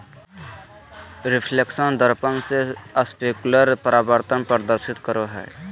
reflection दर्पण से specular परावर्तन प्रदर्शित करो हइ